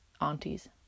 aunties